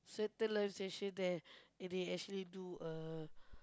certain live station there they actually do uh